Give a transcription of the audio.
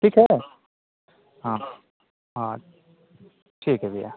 ठीक है हाँ हाँ ठीक है भैया